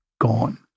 gone